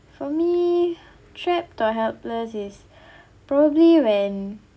for me trapped or helpless is probably when